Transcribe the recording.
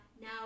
now